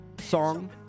Song